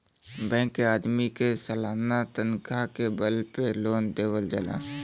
bank के आदमी के सालाना तनखा के बल पे लोन देवल जाला